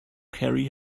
carry